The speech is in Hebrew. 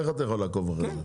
איך אתה יכול לעקוב אחרי זה?